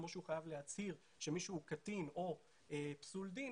כמו שהוא חייב להצהיר שמישהו קטין או פסול דין,